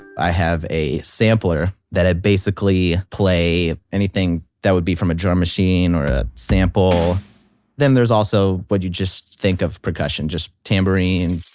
i have a sampler that i basically play anything that would be from a drum machine or a sample then there's also what you just think of percussion, just tambourine,